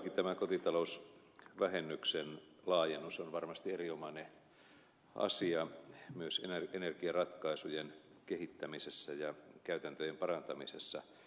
todellakin tämä kotitalousvähennyksen laajennus on varmasti erinomainen asia myös energiaratkaisujen kehittämisessä ja käytäntöjen parantamisessa